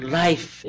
life